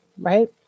right